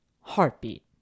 heartbeat